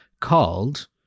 called